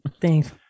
Thanks